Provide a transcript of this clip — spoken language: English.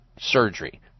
surgery